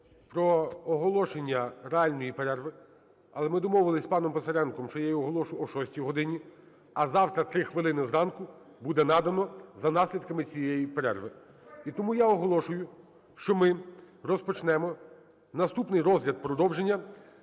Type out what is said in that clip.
про оголошення реальної перерви. Але ми домовилися з паном Писаренком, що я її оголошу о 6 годині, а завтра 3 хвилини зранку буде надано за наслідками цієї перерви. І тому я оголошую, що ми розпочнемо наступний розгляд, продовження,